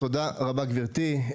תודה רבה, גברתי.